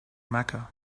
mecca